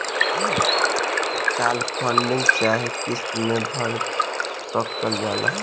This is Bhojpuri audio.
काल फंडिंग चाहे किस्त मे भर सकल जाला